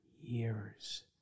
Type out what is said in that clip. years